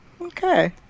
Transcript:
Okay